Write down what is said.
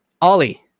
Ollie